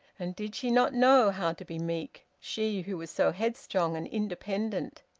and did she not know how to be meek, she who was so headstrong and independent!